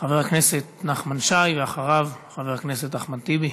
חבר הכנסת נחמן שי, ואחריו, חבר הכנסת אחמד טיבי.